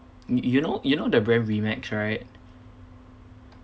y~ you know the brand Remax right